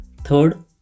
third